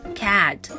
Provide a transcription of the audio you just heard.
cat